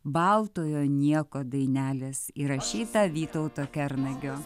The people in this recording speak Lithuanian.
baltojo nieko dainelės įrašyta vytauto kernagio